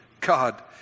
God